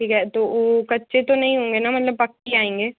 ठीक है तो वो कच्चे तो नहीं होंगे ना मतलब पक्के आएंगे